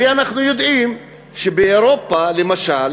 הרי אנחנו יודעים שבאירופה, למשל,